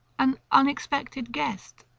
an unexpected guest!